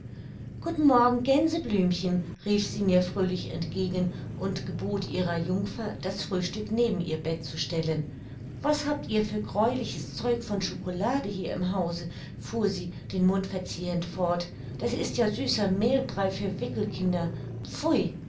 guten morgen gänseblümchen rief sie mir fröhlich entgegen und gebot ihrer jungfer das frühstück neben ihr bett zu stellen was habt ihr für gräuliches zeug von chocolade hier im hause fuhr sie den mund verziehend fort das ist ja süßer mehlbrei für wickelkinder pfui